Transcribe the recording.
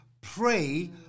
pray